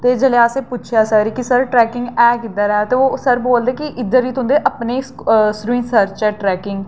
ते जेल्लै असें सर गी पुच्छेआ के ट्रैकिंग ऐ किद्धर ऐ ते ओह् आखन लगे की तुदें इद्धर ई सरूईंसर च ऐ ट्रैकिंग